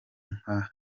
nka